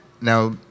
Now